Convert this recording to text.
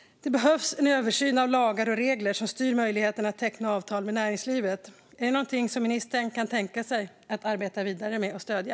Det behövs en översyn av lagar och regler som styr möjligheterna att teckna avtal med näringslivet? Är det något som ministern kan tänka sig att arbeta vidare med och stödja?